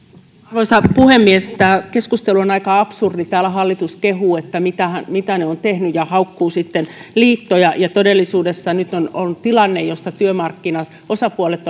arvoisa puhemies tämä keskustelu on aika absurdi täällä hallitus kehuu mitä he ovat tehneet ja haukkuu liittoja ja todellisuudessa nyt on tilanne jossa työmarkkinaosapuolet